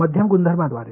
मध्यम गुणधर्मांद्वारे